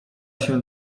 się